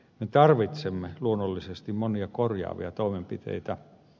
me tarvitsemme luonnollisesti monia korjaavia toimenpiteitä